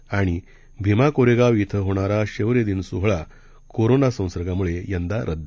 आणि भीमाकोरेगाव इथं होणारा शौर्यदिन सोहळा कोरोना संसर्गामुळे यंदा रदद